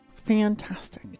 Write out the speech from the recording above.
Fantastic